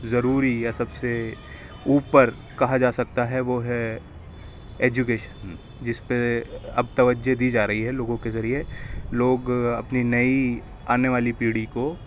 ضروری یا سب سے اوپر کہا جا سکتا ہے وہ ہے ایجوکیشن جس پہ اب توجہ دی جا رہی ہے لوگوں کے ذریعے لوگ اپنی نئی آنے والی پیڑھی کو